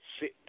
sit